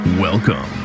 Welcome